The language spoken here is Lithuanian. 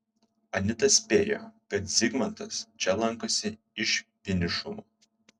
anita spėjo kad zygmantas čia lankosi iš vienišumo